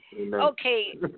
Okay